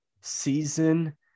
season